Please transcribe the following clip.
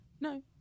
No